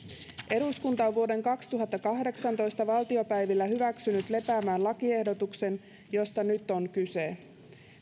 eduskunta on vuoden kaksituhattakahdeksantoista valtiopäivillä hyväksynyt lepäämään lakiehdotuksen josta nyt on kyse